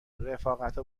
رفاقتا